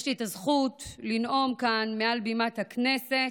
יש לי את הזכות לנאום כאן מעל בימת הכנסת